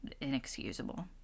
inexcusable